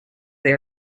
they